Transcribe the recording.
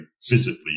physically